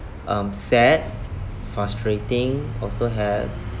um sad frustrating also have